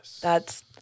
that's-